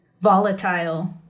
volatile